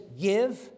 give